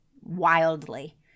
wildly